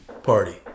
Party